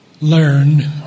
learn